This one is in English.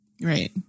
Right